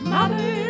Mother